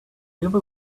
give